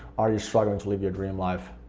are you struggling to live your dream life?